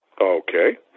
Okay